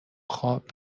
خواب